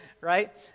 right